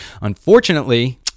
Unfortunately